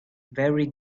very